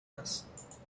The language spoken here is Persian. است